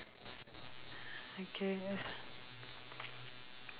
okay that's